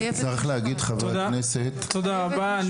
תודה רבה.